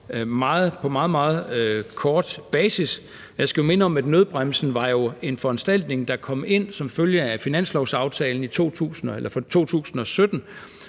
meget kort basis. Jeg skal minde om, at nødbremsen var en foranstaltning, der kom som følge af finanslovsaftalen for 2017,